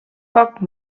poc